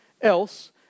else